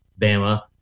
Bama